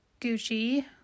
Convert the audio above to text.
Gucci